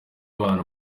abantu